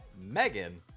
Megan